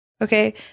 Okay